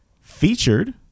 Featured